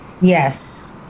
yes